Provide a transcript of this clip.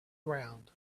ground